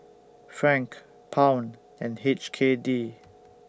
Franc Pound and H K D